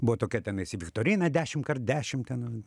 buvo tokia tenais ir viktorina dešim kart dešim ten